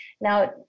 Now